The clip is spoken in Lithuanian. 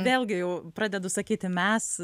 vėlgi jau pradedu sakyti mes